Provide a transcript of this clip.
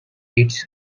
its